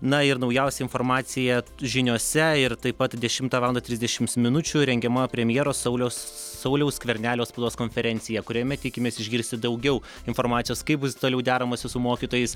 na ir naujausia informacija žiniose ir taip pat dešimtą valandą trisdešimts minučių rengiama premjero sauliaus sauliaus skvernelio spaudos konferencija kuriame tikimės išgirsti daugiau informacijos kaip bus toliau deramasi su mokytojais